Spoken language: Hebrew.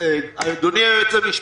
אדוני היועץ המשפטי,